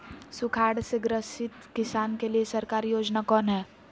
सुखाड़ से ग्रसित किसान के लिए सरकारी योजना कौन हय?